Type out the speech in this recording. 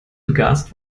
begast